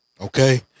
okay